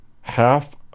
half